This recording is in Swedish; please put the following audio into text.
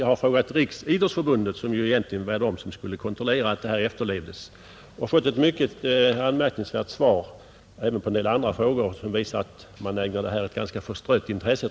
Jag har frågat Riksidrottsförbundet, som ju egentligen är det organ som skall kontrollera att gällande regler efterlevs, och fått ett mycket anmärkningsvärt svar — även på en del andra frågor — som visar att man ägnar detta spörsmål ett ganska förstrött intresse.